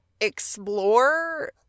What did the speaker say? explore